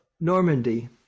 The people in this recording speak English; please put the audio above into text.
Normandy